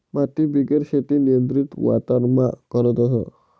मातीबिगेर शेती नियंत्रित वातावरणमा करतस